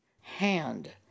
hand